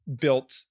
built